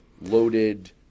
loaded